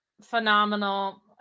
phenomenal